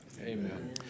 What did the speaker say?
Amen